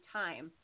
time